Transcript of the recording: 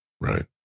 Right